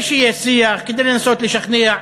כדי שיהיה שיח, כדי לנסות לשכנע.